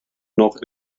noch